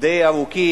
די ארוכים.